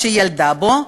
שהיא ילדה בה,